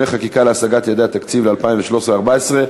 חקיקה להשגת יעדי התקציב לשנים 2013 ו-2014)